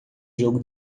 jogo